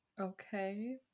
okay